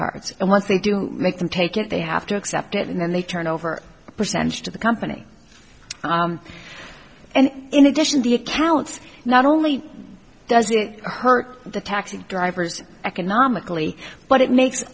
cards and once they do make them take it they have to accept it and then they turn over a percentage to the company and in addition the accounts not only does it hurt the taxi drivers economically but it makes